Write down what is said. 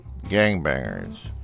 gangbangers